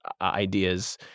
ideas